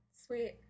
Sweet